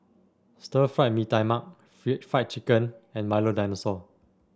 Stir Fried Mee Tai Mak Fried Chicken and Milo Dinosaur